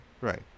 Right